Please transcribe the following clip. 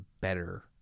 better